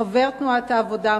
חבר תנועת העבודה,